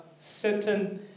certain